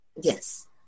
Yes